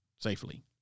safely